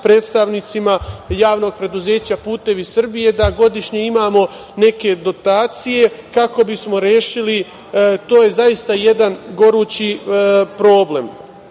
predstavnicima Javnog preduzeća „Putevi Srbije“, da godišnje imamo neke dotacije kako bismo rešili. To je zaista jedan gorući problem. Ono